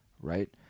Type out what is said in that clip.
right